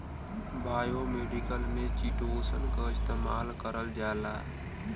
biomedical में chitosan क इस्तेमाल करल जाला